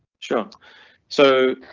sure so.